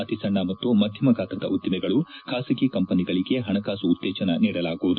ಅತಿಸಣ್ಣ ಮತ್ತು ಮಧ್ಯಮ ಗಾತ್ರದ ಉದ್ದಿಮೆಗಳು ಬಾಸಗಿ ಕಂಪನಿಗಳಿಗೆ ಪಣಕಾಸು ಉತ್ತೇಜನ ನೀಡಲಾಗುವುದು